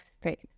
state